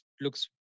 looks